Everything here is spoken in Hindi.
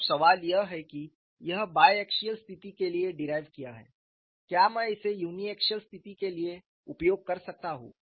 अब सवाल यह है कि यह बायएक्सिअल स्थिति के लिए डिराइव किया है क्या मैं इसे यूनिएक्सियल स्थिति के लिए उपयोग कर सकता हूं